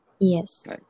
yes